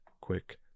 quick